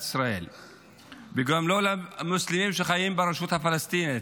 ישראל ולמוסלמים שחיים ברשות הפלסטינית,